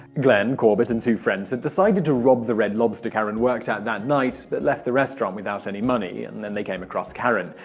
glenn, corbett and two friends had decided to rob the red lobster karen worked at that night but left the restaurant without any money and when they came across karen.